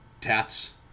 Tats